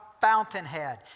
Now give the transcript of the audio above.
fountainhead